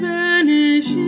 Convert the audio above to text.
vanish